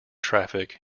traffic